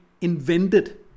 invented